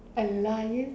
a lion